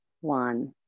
one